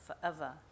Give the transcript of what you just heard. forever